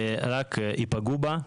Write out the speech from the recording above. ורק יפגעו בה.